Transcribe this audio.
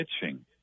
pitching